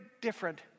different